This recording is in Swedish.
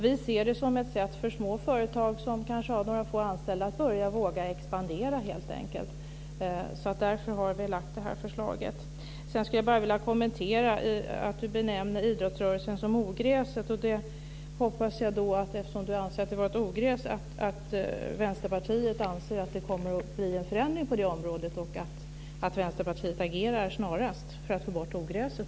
Vi ser det som ett sätt för små företag som kanske har några få anställda att helt enkelt börja våga expandera. Därför har vi väckt detta förslag. Jag skulle vilja kommentera att Claes Stockhaus benämner idrottsrörelsen som ogräs. Eftersom han anser att den är ett ogräs, hoppas jag att Vänsterpartiet anser att det kommer att bli en förändring på det området och att Vänsterpartiet agerar snarast för att få bort ogräset.